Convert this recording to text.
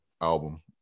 album